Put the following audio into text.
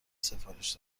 سفارش